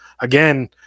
Again